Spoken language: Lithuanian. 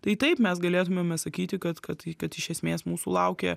tai taip mes galėtumėme sakyti kad kad kad iš esmės mūsų laukia